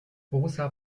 rosa